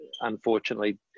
unfortunately